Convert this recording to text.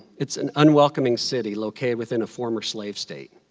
it's an unwelcoming city located within a former slave state,